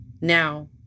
now